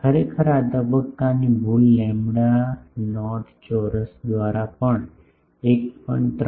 ખરેખર આ તબક્કાની ભૂલ લેમ્બડા નોટ ચોરસ દ્વારાપણ 1